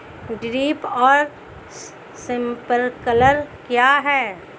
Drip और sprinkler क्या हैं?